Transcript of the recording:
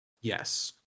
Yes